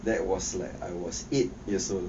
that was like I was eight years old